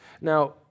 Now